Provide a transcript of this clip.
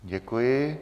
Děkuji.